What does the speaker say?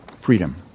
Freedom